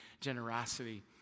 generosity